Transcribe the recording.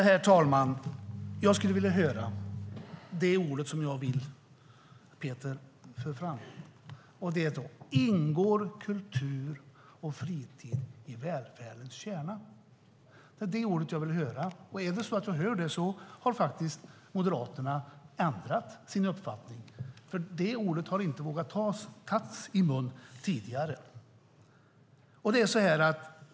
Herr talman! Det jag skulle vilja höra från Peter är: Ingår kultur och fritid i välfärdens kärna? Om jag får höra att det är så har Moderaterna ändrat sin uppfattning, för det har man inte vågat säga tidigare.